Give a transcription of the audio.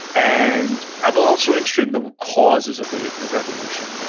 and i'm also interested in the causes of the the revolution, and